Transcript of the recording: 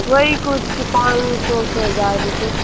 वही कुछ पाँच सौ से हज़ार रुपये